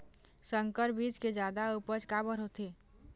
संकर बीज के जादा उपज काबर होथे?